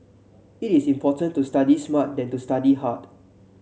it is important to study smart than to study hard